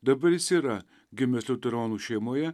dabar jis yra gimęs liuteronų šeimoje